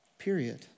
period